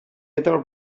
guitar